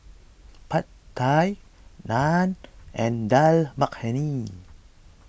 Pad Thai Naan and Dal Makhani